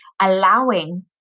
allowing